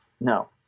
No